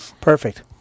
Perfect